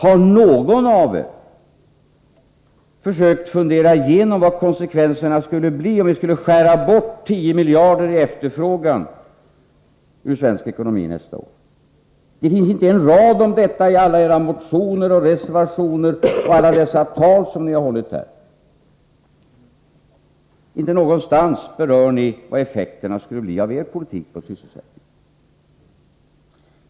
Har någon av er försökt fundera igenom vilka konsekvenserna skulle bli, om vi skulle skära bort 10 miljarder i efterfrågan i svensk ekonomi nästa år? Det finns inte en rad om detta i alla era motioner, reservationer och alla de tal som ni hållit här. Inte någonstans berör ni vilka effekterna av er politik skulle bli på sysselsättningen.